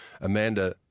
Amanda